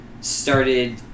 started